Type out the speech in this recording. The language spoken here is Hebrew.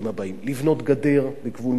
לבנות גדר בגבול מצרים.